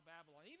Babylon